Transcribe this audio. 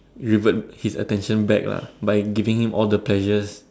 revert his attention back lah by giving him all the pleasures